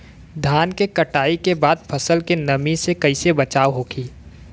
धान के कटाई के बाद फसल के नमी से कइसे बचाव होखि?